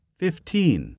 fifteen